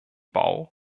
bau